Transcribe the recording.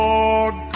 Lord